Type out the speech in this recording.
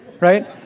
right